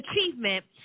achievement